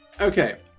Okay